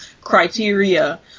criteria